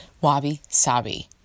Wabi-sabi